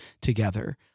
together